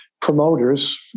promoters